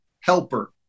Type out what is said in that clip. Helper